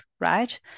right